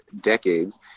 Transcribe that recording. decades